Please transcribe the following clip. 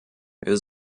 wir